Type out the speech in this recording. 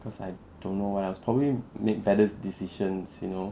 cause I don't know what else probably make better decisions you know